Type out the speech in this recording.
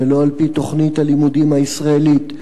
ולא על-פי תוכנית הלימודים הישראלית.